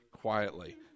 quietly